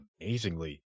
amazingly